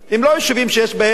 הם לא יישובים שיש בהם,